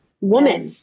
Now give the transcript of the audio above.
woman